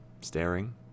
staring